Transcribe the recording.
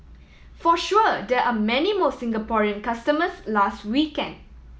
for sure there are many more Singaporean customers last weekend